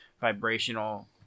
vibrational